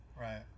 Right